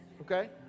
Okay